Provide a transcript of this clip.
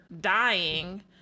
dying